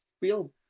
real